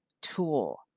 tool